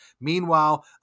Meanwhile